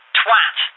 twat